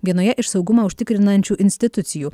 vienoje iš saugumą užtikrinančių institucijų